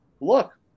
look